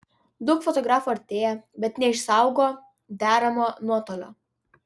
daug fotografų artėja bet neišsaugo deramo nuotolio